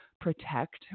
protect